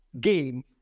game